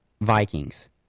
Vikings